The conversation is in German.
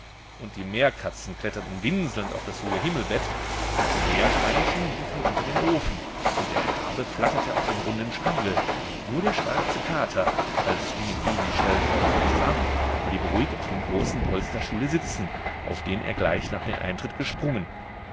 und die meerkatzen kletterten winselnd auf das hohe himmelbett und die meerschweinchen liefen unter den ofen und der rabe flatterte auf den runden spiegel nur der schwarze kater als gingen ihn die scheltworte nichts an blieb ruhig auf dem großen polsterstuhle sitzen auf den er gleich nach dem eintritt gesprungen